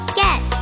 get